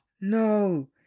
no